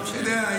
לא יודע.